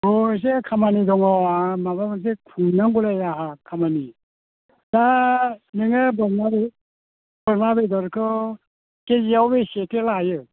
औ एसे खामानि दङ माबा मोनसे खुंनांगौ नै आंहा खामानि दा नोङो मारै बोरमा बेदरखौ केजियाव बेसेथो लायो